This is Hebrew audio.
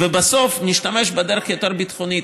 ובסוף נשתמש בדרך יותר ביטחונית.